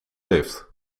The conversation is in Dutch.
lift